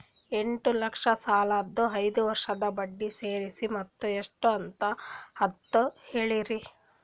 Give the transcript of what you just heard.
ಎಂಟ ಲಕ್ಷ ಸಾಲದ ಐದು ವರ್ಷದ ಬಡ್ಡಿ ಸೇರಿಸಿ ಮೊತ್ತ ಎಷ್ಟ ಅದ ಅಂತ ಹೇಳರಿ?